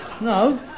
No